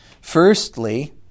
Firstly